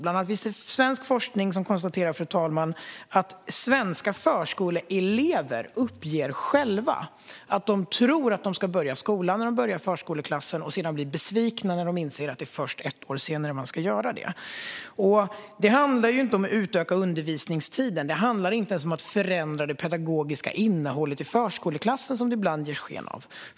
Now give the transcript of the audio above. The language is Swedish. Bland annat finns det svensk forskning som konstaterar att svenska förskoleelever själva tror att de ska börja skolan när de börjar förskoleklassen och sedan blir besvikna när de inser att det är först ett år senare som skolan börjar. Förslaget handlar inte om att utöka undervisningstiden eller ens om att förändra det pedagogiska innehållet i förskoleklassen, som det ibland ges sken av.